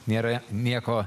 nėra nieko